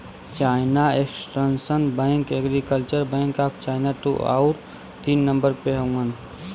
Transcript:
China construction bank, agriculture bank of China दू आउर तीन नम्बर पे हउवन